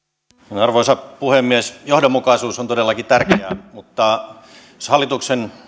arvoisa puhemies johdonmukaisuus on todellakin tärkeää mutta hallituksen